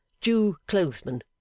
Jew-clothesman